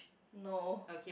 no